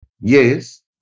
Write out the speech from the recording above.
Yes